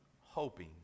hoping